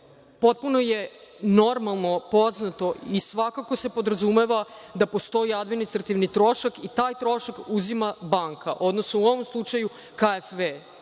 potpuno je normalno, poznato i svakako se podrazumeva da postoji administrativni trošak i taj trošak uzima banka, odnosno u ovom slučaju KfW.